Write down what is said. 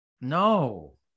No